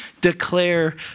declare